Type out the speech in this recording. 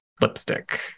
lipstick